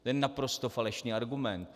To je naprosto falešný argument.